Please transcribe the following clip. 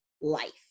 life